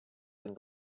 den